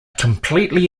completely